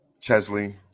Chesley